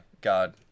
God